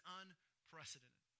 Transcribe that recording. unprecedented